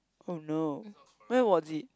oh no when was it